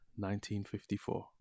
1954